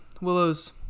Willow's